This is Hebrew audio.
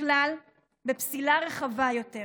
כלל פסילה רחבה יותר,